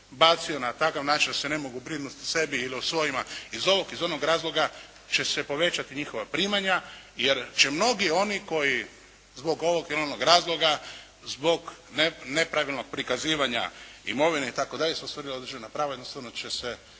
bacio na takav način da se ne mogu brinuti o sebi ili o svojima, iz ovog ili iz onog razloga će se povećati njihova primanje, jer će mnogi oni koji zbog ovog ili onog razloga, zbog nepravilnog prikazivanja imovine itd., koji nisu ostvarili određena prava jednostavno će se